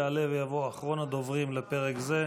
יעלה ויבוא אחרון הדוברים לפרק זה,